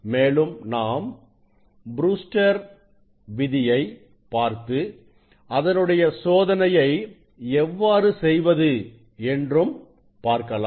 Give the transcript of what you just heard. மேலும் நாம் ப்ரூஸ்டர் விதியைBrewster's law பார்த்து அதனுடைய சோதனையை எவ்வாறு செய்வது என்றும் பார்க்கலாம்